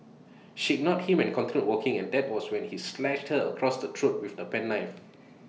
she ignored him and continued walking and that was when he slashed her across the throat with the penknife